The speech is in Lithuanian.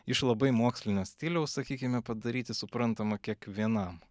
iš labai mokslinio stiliaus sakykime padaryti suprantamą kiekvienam